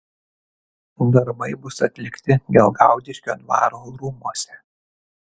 darbai bus atlikti gelgaudiškio dvaro rūmuose